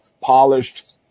polished